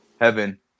Heaven